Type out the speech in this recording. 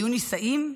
היו נישאים?